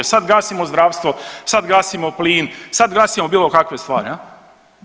Sad gasimo zdravstvo, sad gasimo plin, sad gasimo bilokakve stvari je.